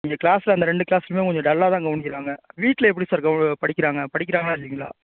இங்கே கிளாஸில் அந்த ரெண்டு கிளாஸ்லயுமே கொஞ்சம் டல்லாக தான் கவனிக்குறாங்க வீட்டில் எப்படி சார் க படிக்கிறாங்க படிக்கிறாங்களா இல்லைங்களா